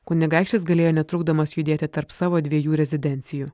kunigaikštis galėjo netrukdomas judėti tarp savo dviejų rezidencijų